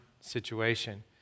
situation